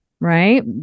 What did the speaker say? right